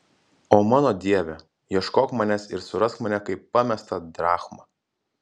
o mano dieve ieškok manęs ir surask mane kaip pamestą drachmą